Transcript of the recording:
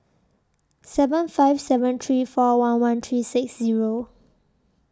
seven five seven three four one one three six Zero